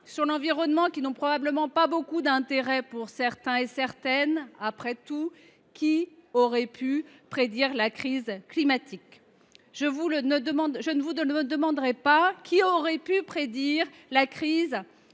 sur l’environnement qui n’ont probablement pas beaucoup d’intérêt pour certains… Après tout, « qui aurait pu prédire la crise climatique ?» Je ne vous le demanderai pas ! Qui aurait pu prédire la crise